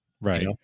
Right